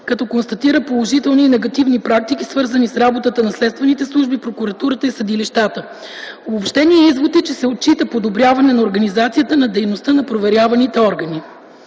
като констатира положителни и негативни практики, свързани с работата на следствените служби, прокуратурата и съдилищата. Обобщеният извод е, че се отчита подобряване на организацията на дейността на проверяваните органи.